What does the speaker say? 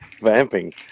Vamping